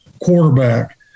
quarterback